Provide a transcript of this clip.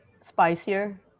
spicier